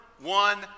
One